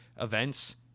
events